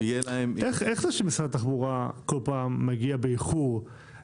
איך זה שמשרד התחבורה כך פעם מגיע באיחור,